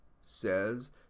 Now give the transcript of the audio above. says